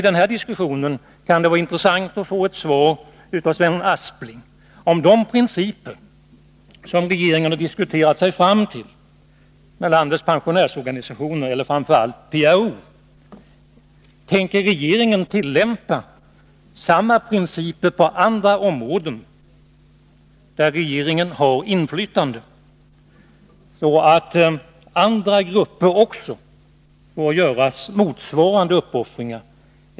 Det vore intressant att få ett svar från Sven Aspling på frågan om de principer som regeringen har diskuterat sig fram till med landets pensionärsorganisationer, framför allt PRO, kommer att tillämpas på andra områden där regeringen har inflytande. Kommer alltså även andra grupper att få göra motsvarande uppoffringar?